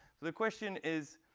the question is,